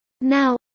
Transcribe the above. Now